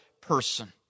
person